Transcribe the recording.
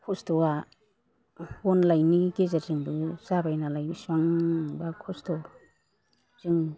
खस्थ'आ बन लाइनि गेजेरजोंबो जाबाय नालाय बेसेबांबा खस्थ' जों